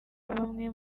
bamwe